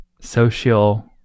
social